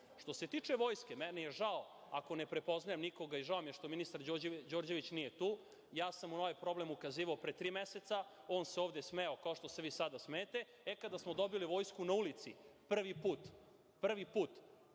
se tiče vojske, meni je žao ako ne prepoznajem nikoga i žao mi je što ministar Đorđević nije tu. Ja sam na ovaj problem ukazivao pre tri meseca, on se ovde smejao kao što se vi sada smejete. Kada smo dobili vojsku na ulici prvi put, e onda